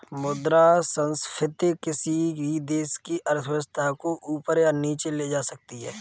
मुद्रा संस्फिति किसी भी देश की अर्थव्यवस्था को ऊपर या नीचे ले जा सकती है